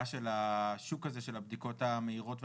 של השוק הזה של הבדיקות המהירות והפרטיות,